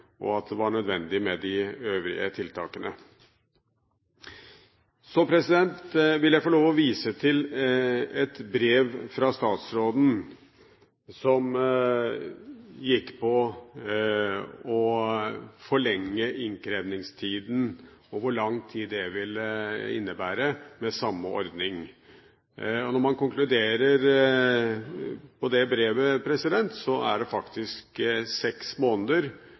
og at det var nødvendig med de øvrige tiltakene. Så vil jeg få lov å vise til et brev fra statsråden som gikk på å forlenge innkrevningstiden, og hvor lang tid det ville innebære med samme ordning. Konklusjonen i det brevet er faktisk seks måneder med dagens ordning. Dette synes vi er